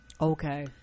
okay